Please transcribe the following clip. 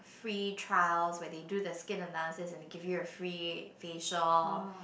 free trials where they do the skin analysis and they give you a free facial